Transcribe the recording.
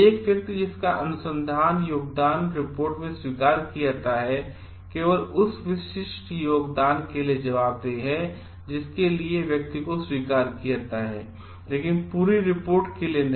एक व्यक्ति जिसका अनुसंधान योगदान रिपोर्ट में स्वीकार किया जाता है केवल उस विशिष्ट योगदान के लिए जवाबदेह है जिसके लिए व्यक्ति को स्वीकार किया जाता है लेकिन पूरी रिपोर्ट के लिए नहीं